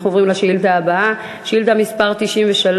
אנחנו עוברים לשאילתה הבאה, שאילתה מס' 93: